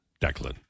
Declan